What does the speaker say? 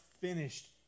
finished